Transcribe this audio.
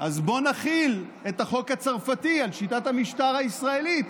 אז בואו נחיל את החוק הצרפתי על שיטת המשטר הישראלית,